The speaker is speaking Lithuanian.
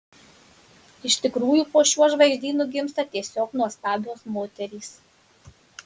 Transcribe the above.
iš tikrųjų po šiuo žvaigždynu gimsta tiesiog nuostabios moterys